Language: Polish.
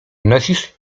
nosisz